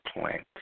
plant